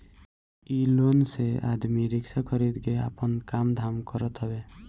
इ लोन से आदमी रिक्शा खरीद के आपन काम धाम करत हवे